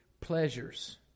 pleasures